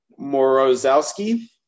Morozowski